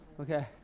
Okay